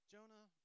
Jonah